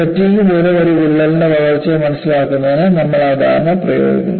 fatigue മൂലം ഒരു വിള്ളലിന്റെ വളർച്ചയെ മനസ്സിലാക്കുന്നതിന് നമ്മൾ ആ ധാരണ ഉപയോഗിക്കുന്നു